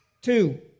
Two